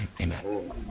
Amen